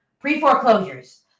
pre-foreclosures